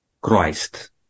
Christ